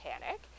panic